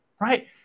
right